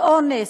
של אונס,